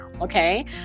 okay